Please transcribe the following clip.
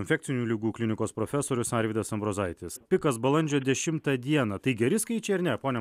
infekcinių ligų klinikos profesorius arvydas ambrozaitis pikas balandžio dešimtą dieną tai geri skaičiai ar ne pone